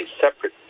separate